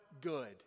good